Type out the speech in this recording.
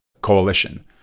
coalition